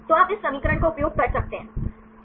तो आप इस समीकरण का उपयोग कर सकते हैं